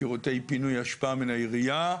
שירותי פינוי אשפה מן העירייה.